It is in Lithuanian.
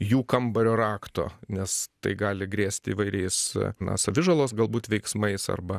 jų kambario rakto nes tai gali grėsti įvairiais na savižalos galbūt veiksmais arba